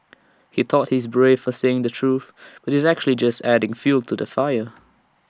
he thought he's brave for saying the truth but he's actually just adding fuel to the fire